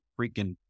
freaking